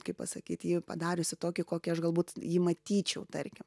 kaip pasakyt jį padariusi tokį kokį aš galbūt jį matyčiau tarkim